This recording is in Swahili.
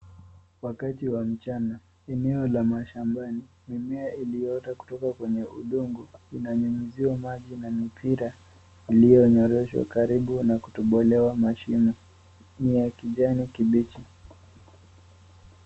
Wakati wa mchana eneo la mashambani mimmea ilio ota kutoka kwenye udongo inanyunyuziwa maji na mipira ilio nyoroshwa karibu na kutobolewa mashimo, ni ya kijani kibichi.